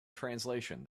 translation